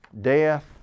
Death